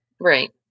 Right